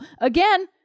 Again